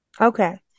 Okay